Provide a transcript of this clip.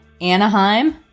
Anaheim